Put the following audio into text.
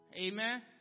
Amen